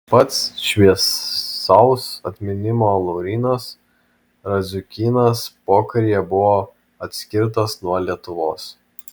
pats šviesaus atminimo laurynas radziukynas pokaryje buvo atskirtas nuo lietuvos